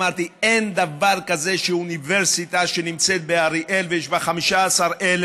אמרתי: אין דבר כזה שאוניברסיטה שנמצאת באריאל ויש בה 15,000